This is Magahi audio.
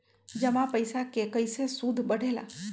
जमा पईसा के कइसे सूद बढे ला?